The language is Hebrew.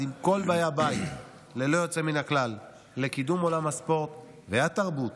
עם כל באי הבית ללא יוצא מן הכלל לקידום עולם הספורט והתרבות